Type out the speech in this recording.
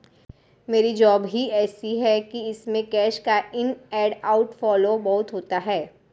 मेरी जॉब ही ऐसी है कि इसमें कैश का इन एंड आउट फ्लो बहुत होता है